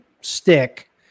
stick